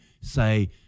say